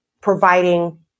providing